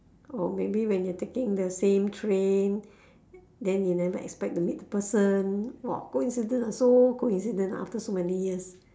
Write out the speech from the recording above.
oh maybe when you taking the same train then you never expect to meet the person !wah! coincidence ah so coincident ah after so many years